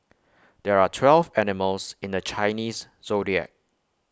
there are twelve animals in the Chinese Zodiac